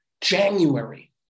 January